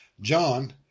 John